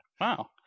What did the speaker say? Wow